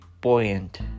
buoyant